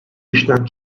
işten